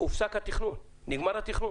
הופסק התכנון, נגמר התכנון.